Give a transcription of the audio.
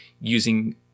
using